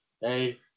Hey